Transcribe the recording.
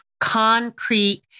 concrete